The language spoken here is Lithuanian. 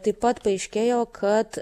taip pat paaiškėjo kad